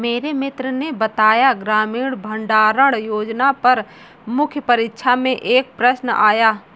मेरे मित्र ने बताया ग्रामीण भंडारण योजना पर मुख्य परीक्षा में एक प्रश्न आया